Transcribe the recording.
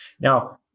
Now